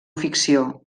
ficció